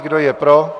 Kdo je pro?